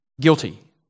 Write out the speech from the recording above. guilty